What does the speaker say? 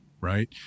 right